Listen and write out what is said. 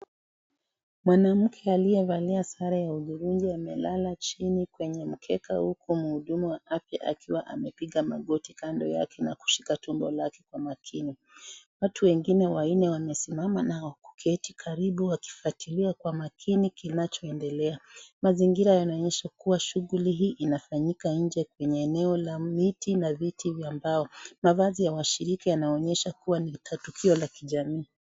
Mwanamke aliyevalia sare ya hudhurungi amelala chini penye mkeka huku muhudumu wa afya akiwa amepiga magoti kando yake na kupiga magoti na kushika tumbo lake kwa makini watu wengine wanne wamesimama na wengine wameketi karibu kufuatilia kwa makini kinachoendelea kwenye shuguli hii inafanyika nje ya miti na viti vya mbao mavazi ya washirika yanaonyesha kuwa ni tukio la ujamii.